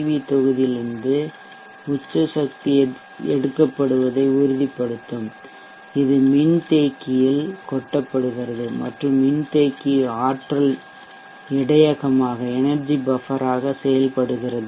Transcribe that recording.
we தொகுதியிலிருந்து உச்ச சக்தி எடுக்கப்படுவதை உறுதிப்படுத்தும் இது மின்தேக்கியில் கொட்டப்படுகிறது மற்றும் மின்தேக்கி ஆற்றல் இடையகமாக எனெர்ஜி பஃப்பர் செயல்படுகிறது